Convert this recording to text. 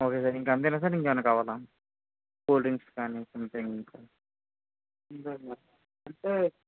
ఒకే కాని ఇంక అంతేనా సార్ ఇంకేమైనా కావాల కూల్ డ్రింక్స్ కాని సమ్థింగ్